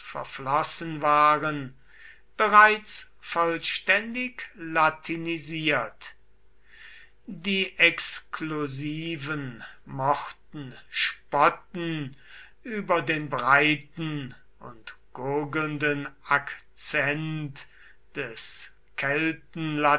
verflossen waren bereits vollständig latinisiert die exklusiven mochten spotten über den breiten und gurgelnden akzent des